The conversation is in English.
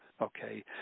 okay